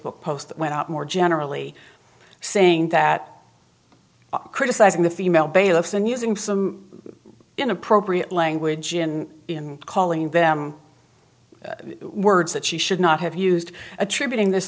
book post that went out more generally saying that criticizing the female bailiffs and using some inappropriate language and in calling them words that she should not have used attributing this